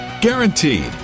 Guaranteed